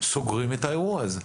סוגרים את האירוע הזה.